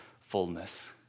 fullness